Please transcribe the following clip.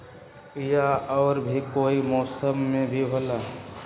या और भी कोई मौसम मे भी होला?